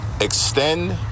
extend